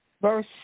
verse